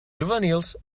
juvenils